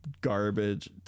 garbage